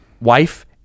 wife